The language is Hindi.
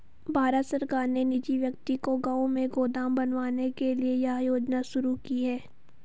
भारत सरकार ने निजी व्यक्ति को गांव में गोदाम बनवाने के लिए यह योजना शुरू की है